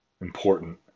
important